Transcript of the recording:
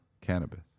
cannabis